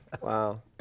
Wow